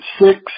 six